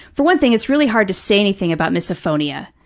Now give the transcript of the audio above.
for one thing, it's really hard to say anything about misophonia,